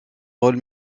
rôle